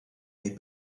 neu